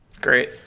Great